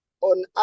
on